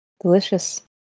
Delicious